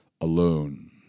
alone